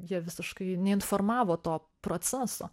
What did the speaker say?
jie visiškai neinformavo to proceso